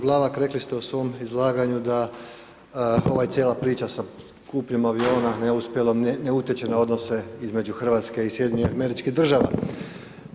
Glavak rekli ste u svom izlaganju da ova cijela priča sa kupnjom aviona neuspjelom, ne utječe na odnose između RH i SAD-a.